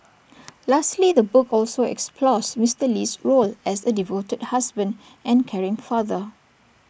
lastly the book also explores Mister Lee's role as A devoted husband and caring father